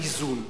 איזון.